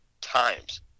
times